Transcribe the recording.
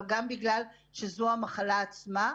אבל גם בגלל שזו המחלה עצמה,